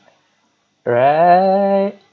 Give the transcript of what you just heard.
right